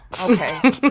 Okay